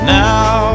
now